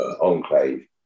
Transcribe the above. enclave